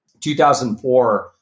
2004